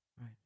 Right